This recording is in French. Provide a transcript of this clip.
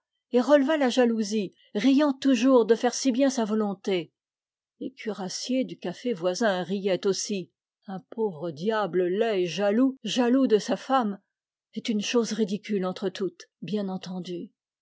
et releva la jalousie riant toujours de faire si bien sa volonté les cuirassiers du café voisin riaient aussi un pauvre diable laid et jaloux jaloux de sa femme est une chose ridicule entre toutes bien entendu